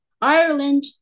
Ireland